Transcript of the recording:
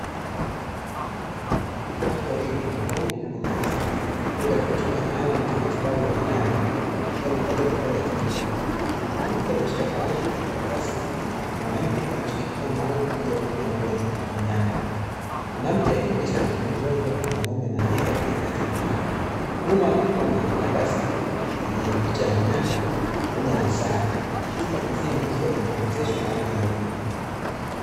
Watu wawili, mwanaume na mwanamke wakiwa katika chumba maalumu cha matibabu ya wanyama, wakiwa wamevalia mavazi ya kijivu. Mwanaume akiwa ameshika kalamu na karatasi na mwanamke akiwa ameshika kifaa maalumu kwa ajili ya kupimia ugonjwa wa wanayama. Mwanamke akionyesha anapima ugonjwa na mwanaume anaandika kile kinachoonekana. Nyuma kukiwa na karatasi yenye picha ya mnyama pamoja na saa. Chumba kizima kikiwa kimependezeshwa na rangi nyeupe.